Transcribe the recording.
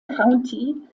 county